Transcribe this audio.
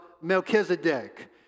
Melchizedek